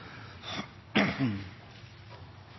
ha